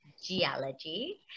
geology